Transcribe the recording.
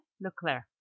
Leclerc